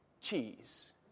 cheese